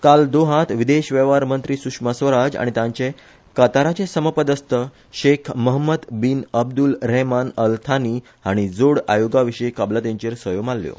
काल दोहात विदेश वेव्हारमंत्री सुषमा स्वराज आनी तांचे कताराचे समपदस्त Sheikh Mohammed bin Abdul Rahman Al Thani हाणी जोड आयोगाविशी कबलातीचेर सयो मारल्यो